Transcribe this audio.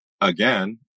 again